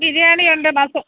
ബിരിയാണിയുണ്ട് മസ